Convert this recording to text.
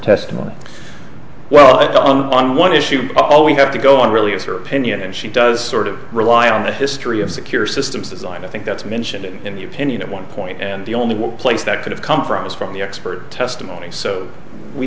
testimony welcome on one issue all we have to go on really is her opinion and she does sort of rely on the history of secure systems design i think that's mentioning in the opinion of one point and the only one place that could have come from was from the expert testimony so we